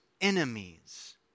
enemies